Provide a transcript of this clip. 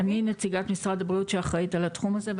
נציגת משרד הבריאות שאחראית על התחום הזה,